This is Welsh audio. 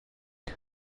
ond